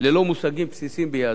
ללא מושגים בסיסיים ביהדות.